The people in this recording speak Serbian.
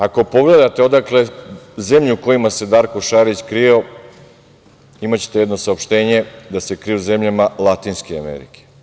Ako pogledate zemlje u kojima se Darko Šarić krio, imaćete jedno saopštenje da se krio u zemljama Latinske Amerike.